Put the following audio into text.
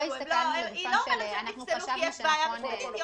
היא לא אומרת שהם נפסלו כי יש בעיה משפטית,